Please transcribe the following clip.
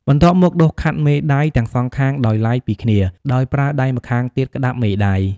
បន្ទាប់មកដុសខាត់មេដៃ ទាំងសងខាងដោយឡែកពីគ្នា ដោយប្រើដៃម្ខាងទៀតក្ដាប់មេដៃ។